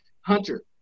Hunter